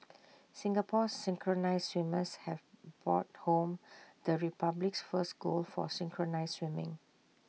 Singapore's synchronised swimmers have brought home the republic's first gold for synchronised swimming